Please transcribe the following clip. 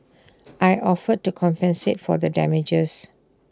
I offered to compensate for the damages